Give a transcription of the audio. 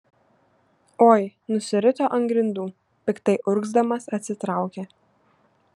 oi nusirito ant grindų piktai urgzdamas atsitraukė